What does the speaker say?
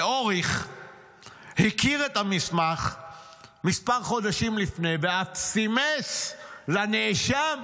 ואוריך הכיר את המסמך מספר חודשים לפני ואף סימס לנאשם: